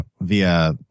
via